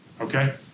okay